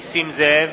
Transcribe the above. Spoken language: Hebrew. נסים זאב,